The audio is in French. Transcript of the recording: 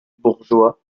bourgeois